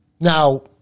Now